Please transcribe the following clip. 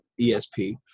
ESP